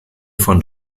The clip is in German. von